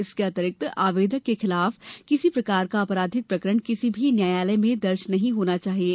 इसके अतिरिक्त आवेदक के विरूद्ध किसी प्रकार का अपराधिक प्रकरण किसी भी न्यायालय में दर्ज नहीं होना चाहिये